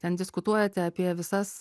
ten diskutuojate apie visas